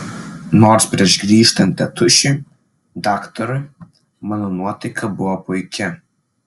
nors prieš grįžtant tėtušiui daktarui mano nuotaika buvo puiki